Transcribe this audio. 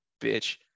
bitch